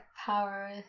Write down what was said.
power